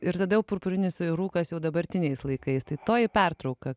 ir tada jau purpurinis rūkas jau dabartiniais laikais tai toji pertrauka